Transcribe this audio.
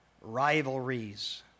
rivalries